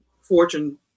fortune